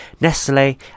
Nestle